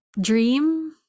dream